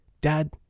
Dad